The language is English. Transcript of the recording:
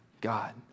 God